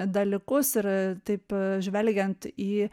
dalykus ir taip žvelgiant į